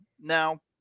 Now